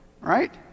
right